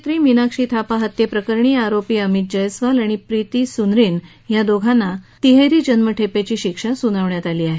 अभिनेत्री मीनाक्षी थापा हत्येप्रकरणी आरोपी अमित जयस्वाल आणि प्रीती सुनरीन या दोघांना तिहेरी जन्मठेपेची शिक्षा सुनावण्यात आली आहे